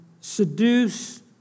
seduce